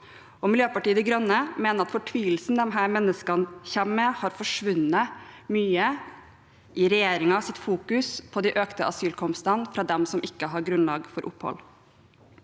Miljøpartiet De Grønne mener at fortvilelsen disse menneskene kommer med, har forsvunnet mye i regjeringens fokus på de økte asylankomstene fra dem som ikke har grunnlag for opphold.